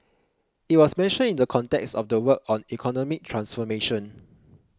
it was mentioned in the context of the work on economic transformation